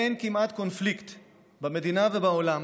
אין כמעט קונפליקט במדינה ובעולם